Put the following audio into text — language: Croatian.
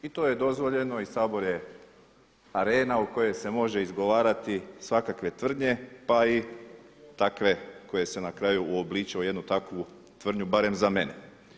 I to je dozvoljeno i Sabor je arena u kojoj se može izgovarati svakakve tvrdnje pa i takve koje se na kraju uobličuju u jednu takvu tvrdnju barem za mene.